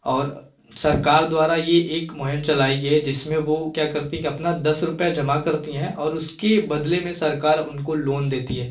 और सरकार द्वारा यह एक मुहीम चलाई गई है जिसमें वह क्या करती हैं कि अपने दस रुपये जमा करती है और उसके बदले में सरकार उनको लोन देती है